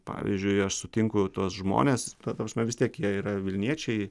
pavyzdžiui aš sutinku tuos žmones ta prasme vis tiek jie yra vilniečiai